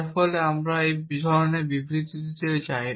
যার ফলে আমরা এই ধরণের বিবৃতি দিতে চাই